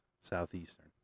Southeastern